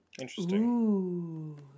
Interesting